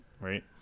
right